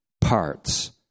parts